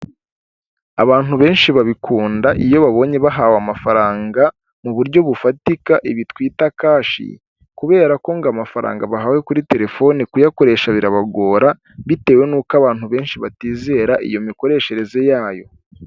Abantu benshi babikunda iyo babonye bahawe amafaranga mu buryo bufatika bi twita kashi, kubera ko ngo amafaranga bahawe kuri terefone kuyakoresha birabagora, bitewe n'uko abantu benshi batizera iyo mikoreshereze yayo.